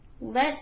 Let